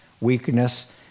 weakness